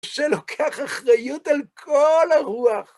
זה לוקח אחריות על כל הרוח.